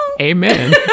Amen